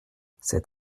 cet